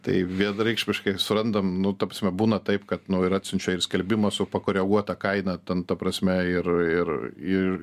tai vienareikšmiškai surandam nu ta prasme būna taip kad nu ir atsiunčia ir skelbimą su pakoreguota kaina ten ta prasme ir ir ir